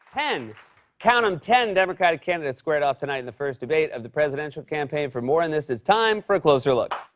ten count em ten democratic candidates squared off tonight in the first debate of the presidential campaign. for more on this, it's time for a closer look.